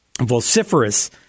vociferous